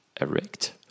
Erect